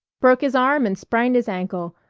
broke his arm and sprained his ankle.